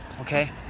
Okay